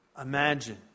Imagine